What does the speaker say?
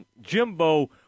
Jimbo